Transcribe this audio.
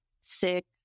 six-